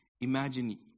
imagine